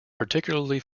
particularly